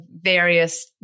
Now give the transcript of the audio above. various